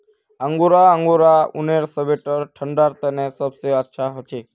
angora angora ऊनेर sweater ठंडा तने सबसे अच्छा हछे